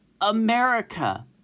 America